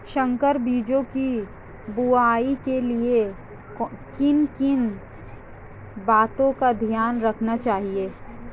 संकर बीजों की बुआई के लिए किन किन बातों का ध्यान रखना चाहिए?